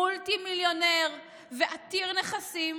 מולטי-מיליונר ועתיר נכסים,